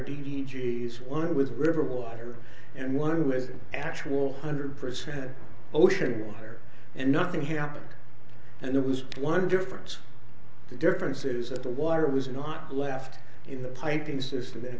i was river water and one with actual hundred percent ocean water and nothing happened and there was one difference the difference is that the water was not left in the piping system in a